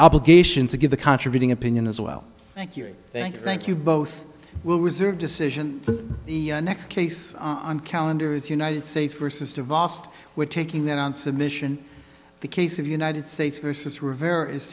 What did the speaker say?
obligation to give the contravening opinion as well thank you thank you thank you both will reserve decision the next case on calendar is united states versus de vos to we're taking that on submission the case of united states versus rivera is